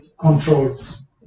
controls